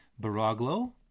Baraglo